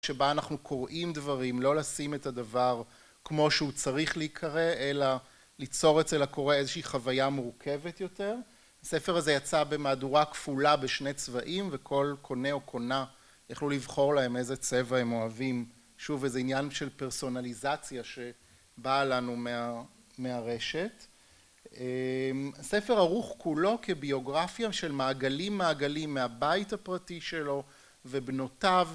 שבה אנחנו קוראים דברים, לא לשים את הדבר כמו שהוא צריך להיקרא, אלא ליצור אצל הקורא איזושהי חוויה מורכבת יותר. הספר הזה יצא במהדורה כפולה בשני צבעים, וכל קונה או קונה יכלו לבחור להם איזה צבע הם אוהבים. שוב, איזה עניין של פרסונליזציה שבאה לנו מהרשת. הספר ערוך כולו כביוגרפיה של מעגלים מעגלים מהבית הפרטי שלו, ובנותיו.